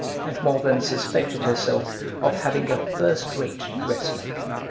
and more than suspected herself of having a first-rate dressmaker.